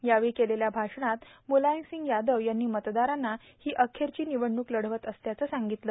यावेळी केलेल्या भाषणात मुलायर्मासंह यादव यांनी मतदारांना हो अखेरची र्निवडणूक लढवत असल्याचं सांगितलं